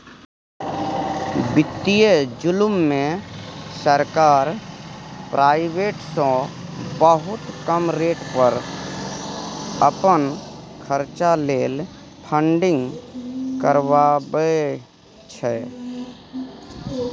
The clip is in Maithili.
बित्तीय जुलुम मे सरकार प्राइबेट सँ बहुत कम रेट पर अपन खरचा लेल फंडिंग करबाबै छै